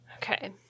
okay